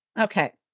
Okay